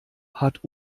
hat